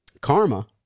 Karma